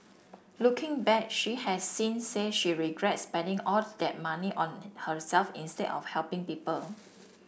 looking back she has since said she regrets spending all that money on herself instead of helping people